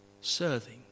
serving